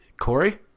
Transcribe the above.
Corey